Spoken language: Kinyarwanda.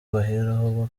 baheraho